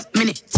minute